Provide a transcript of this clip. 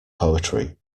poetry